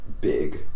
big